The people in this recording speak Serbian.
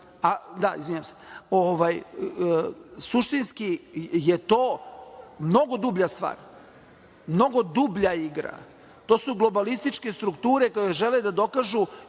Republike Srpske. Suštinski je to mnogo dublja stvar, mnogo dublja igra, to su globalističke strukture koje žele da dokažu